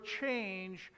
change